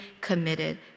committed